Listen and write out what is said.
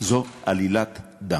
זו עלילת דם.